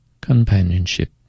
companionship